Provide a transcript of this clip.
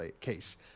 case